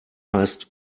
heißt